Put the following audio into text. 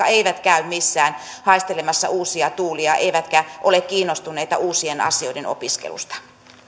eivät käy missään haistelemassa uusia tuulia eivätkä ole kiinnostuneita uusien asioiden opiskelusta